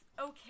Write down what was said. okay